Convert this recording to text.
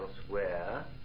elsewhere